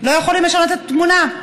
לא יכולים לשנות את התמונה.